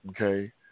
okay